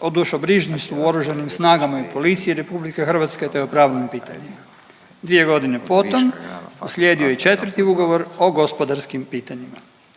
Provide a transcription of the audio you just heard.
o dušobrižništvu u Oružanim snagama i policiji RH, te o pravnom pitanjima. 2.g. potom uslijedio je i 4. ugovor o gospodarskim pitanjima.